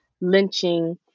lynching